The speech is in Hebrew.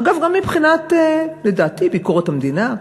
אגב, גם מבחינת, לדעתי, ביקורת המדינה,